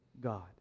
God